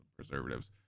preservatives